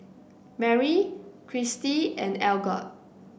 Merrie Cristy and Algot